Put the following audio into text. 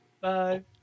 bye